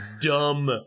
dumb